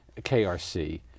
KRC